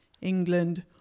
England